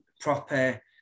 proper